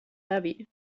heavy